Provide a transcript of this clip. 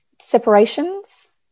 separations